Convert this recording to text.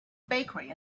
bakery